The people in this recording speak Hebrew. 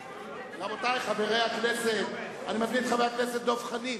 רבותי חברי הכנסת, אני מזמין את חבר הכנסת דב חנין